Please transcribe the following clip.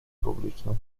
publiczną